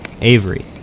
Avery